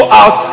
out